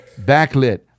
Backlit